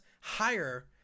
higher